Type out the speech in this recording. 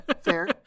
fair